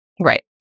Right